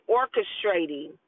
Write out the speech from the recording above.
orchestrating